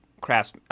crafts